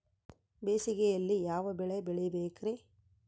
ಬೇಸಿಗೆಯಲ್ಲಿ ಯಾವ ಬೆಳೆ ಬೆಳಿಬೇಕ್ರಿ?